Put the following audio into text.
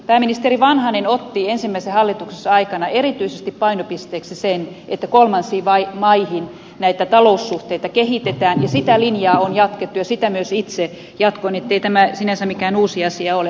pääministeri vanhanen otti ensimmäisen hallituksensa aikana erityisesti painopisteeksi sen että kolmansiin maihin taloussuhteita kehitetään ja sitä linjaa on jatkettu ja sitä myös itse jatkoin niin että ei tämä sinänsä mikään uusi asia ole